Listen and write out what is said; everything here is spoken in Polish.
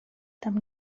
tam